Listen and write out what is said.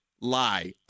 Lie